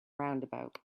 roundabout